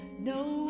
No